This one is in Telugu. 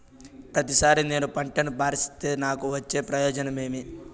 ప్రతిసారి నేను పంటను మారిస్తే నాకు వచ్చే ప్రయోజనం ఏమి?